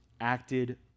acted